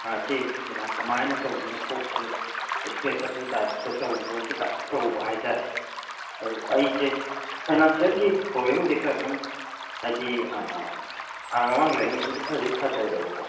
ꯑꯥ ꯁꯤ ꯃꯦꯗꯥꯝ ꯀꯃꯥꯏꯅ ꯇꯧꯗꯣꯏꯅꯣ ꯀꯣꯛꯁꯦ ꯏꯁꯇ꯭ꯔꯦꯁ ꯆꯠꯄꯒꯤ ꯇꯥꯏꯞꯇ ꯇꯧꯕꯒꯤ ꯇꯥꯏꯞꯇ ꯇꯧꯕ ꯍꯥꯏꯇꯔꯦ ꯑꯗꯨ ꯑꯩꯁꯦ ꯐꯥꯏꯅꯥꯟꯁꯦꯜꯒꯤ ꯄ꯭ꯔꯣꯕ꯭ꯂꯦꯝꯕꯨꯗꯤ ꯈꯔ ꯁꯨꯝ ꯍꯥꯏꯗꯤ ꯍꯥꯟꯅ ꯃꯃꯥꯡꯗ ꯂꯩꯔꯝꯃꯦ ꯍꯧꯖꯤꯛꯄꯨꯗꯤ ꯈꯔꯗꯤ ꯐꯗꯔꯛꯑꯦꯕꯀꯣ